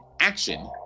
action